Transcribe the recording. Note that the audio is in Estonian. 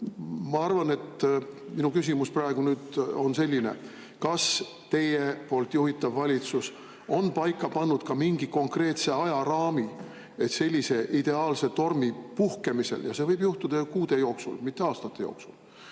ma arvan, et minu küsimus on praegu selline: kas teie juhitav valitsus on paika pannud ka mingi konkreetse ajaraami, et sellise ideaalse tormi puhkemisel – ja see võib juhtuda kuude jooksul, mitte aastate jooksul